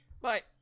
bye